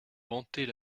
vantait